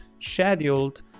scheduled